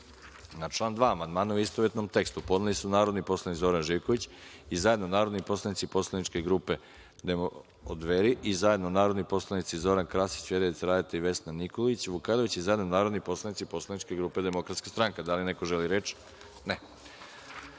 član 2. amandmane u istovetnom tekstu podneli su narodni poslanici Zoran Živković i zajedno narodni poslanici poslaničke grupe Dveri i zajedno narodni poslanici Zoran Krasić, Vjerica Radeta i Vesna Nikolić Vukajlović i zajedno narodni poslanici poslaničke grupe DS.Da li neko želi reč?